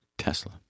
Tesla